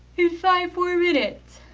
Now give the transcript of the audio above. in five more minutes.